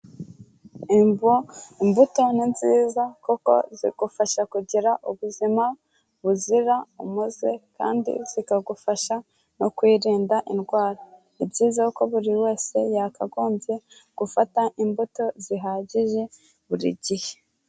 Imvo imbuto ni nziza kuko zigufasha kugira ubuzima buzira umuze, kandi zikagufasha no kwirinda indwara, ni ibyiza ko buri wese yakagombye gufata imbuto zihagije buri gihe.